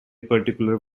particular